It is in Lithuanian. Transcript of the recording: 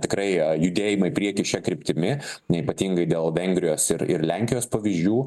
tikrai judėjimą į priekį šia kryptimi ne ypatingai dėl vengrijos ir ir lenkijos pavyzdžių